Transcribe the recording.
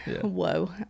Whoa